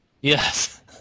Yes